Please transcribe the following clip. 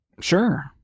Sure